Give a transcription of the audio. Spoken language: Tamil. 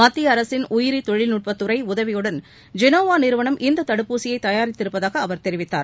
மத்திய அரசின் உயிரி தொழில்நுட்பத்துறை உதவியுடன் ஜெனோவா நிறுவனம் இந்த தடுப்பூசியை தயாரித்திருப்பதாக அவர் தெரிவித்தார்